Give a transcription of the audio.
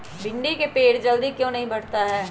भिंडी का पेड़ जल्दी क्यों नहीं बढ़ता हैं?